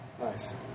Nice